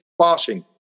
passing